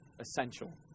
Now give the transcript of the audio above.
essential